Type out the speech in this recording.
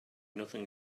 nothing